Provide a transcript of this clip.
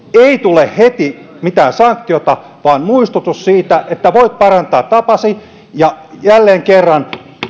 ei tule heti mitään sanktiota vaan muistutus siitä että voit parantaa tapasi ja jälleen kerran